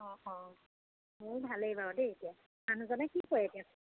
অঁ অঁ মোৰ ভালে বাৰু দেই এতিয়া মানুহজনে কি কৰে এতিয়া